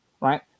right